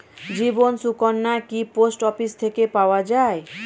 জীবন সুকন্যা কি post office থেকে নেওয়া যায়?